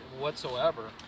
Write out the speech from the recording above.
whatsoever